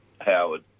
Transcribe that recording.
Howard